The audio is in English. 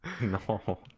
No